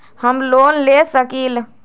हम लोन ले सकील?